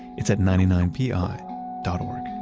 it's at ninety nine pi dot o r